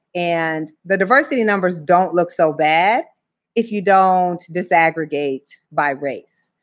and the diversity numbers don't look so bad if you don't disaggregate by race.